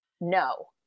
No